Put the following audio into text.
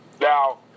Now